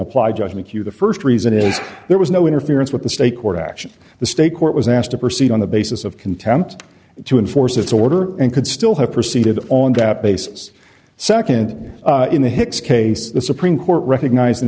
apply just make you the st reason is there was no interference with the state court action the state court was asked to proceed on the basis of contempt to enforce its order and could still have proceeded on that basis nd in the hicks case the supreme court recognized an